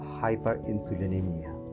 hyperinsulinemia